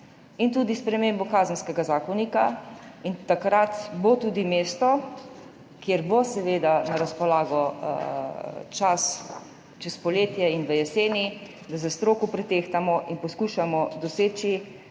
in tudi spremembo Kazenskega zakonika. Takrat bo tudi mesto, kjer bo seveda na razpolago čas čez poletje in v jeseni, da s stroko pretehtamo in poskušamo doseči